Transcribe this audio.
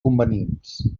convenients